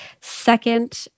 second